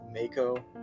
Mako